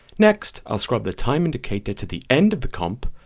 next, i'll scrub the time indicator to the end of the comp,